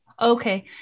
Okay